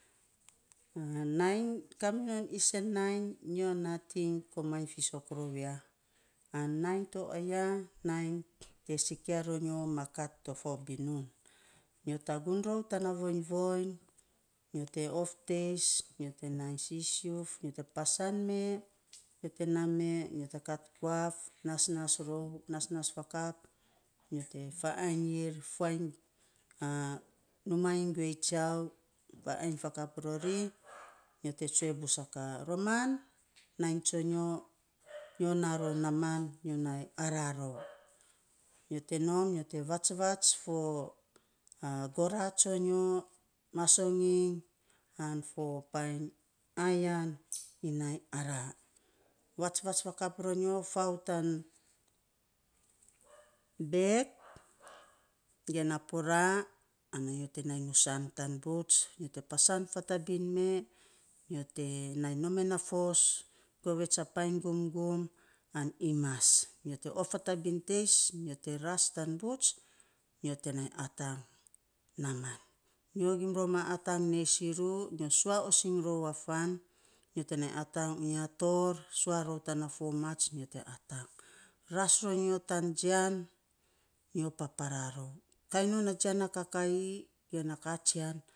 nainy, kaminon isen nainy, nyo nating komainy fisok rou ya. A nainy to aya, nainy te sibia ronyo ma kat ta fo binun. Nyo tagun rou tana vony voiny, nyo te of tei, nyo te nai sisiuf, nyo te pasan mee, nyo ye naa mee, nyo te kat guaf, nasnas rou, nasnas fakap, ny te fainy ir fuainy numaa iny guei tsiau, faainy fakap rori, nyo te tsue bus a ka, roman, nainy tsonyo, nyo naa rou naaman, nyo nyo nai aaraa rou, nyo te nom nyo te vatsvats go raa tsonyo. Masonging, an fo painy ayan iny nai araa, vatsvats fakap ronyo fau tan bek, ge na poraa ana nyo te nai nusang tan buts, nyo pasan fa tabin me nyo te ani nm me n fos, govets a painy gumgum. An imas, nyo te of fatabin teis, nyo te ras tan buts, nyo t nai a tang naaman. Nyo gim rou ma atang nei siiru, nyo sua osing rou a fan nyo te nai atang uya torr, sua rou tana fo mats nyo te atang, ras ronyo tan jian, nyo paparaa rou, kain non a jian na kakaii te na katsian.